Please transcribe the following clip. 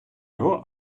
його